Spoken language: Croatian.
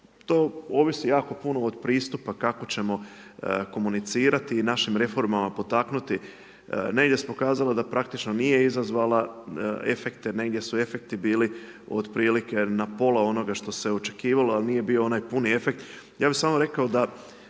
To ovisi jako puno od pristupa kako ćemo komunicirati i našim reformama potaknuti. Negdje se pokazala da praktično nije izazvala efekte, negdje su efekti bili otprilike na pola onoga što se očekivalo ali nije bilo onaj puni efekt. Ja bi samo rekao da